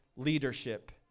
leadership